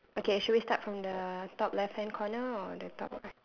okay should we start from the top left hand corner or the top right